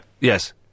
Yes